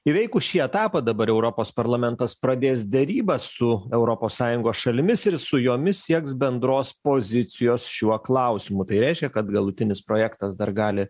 įveikus šį etapą dabar europos parlamentas pradės derybas su europos sąjungos šalimis su jomis sieks bendros pozicijos šiuo klausimu tai reiškia kad galutinis projektas dar gali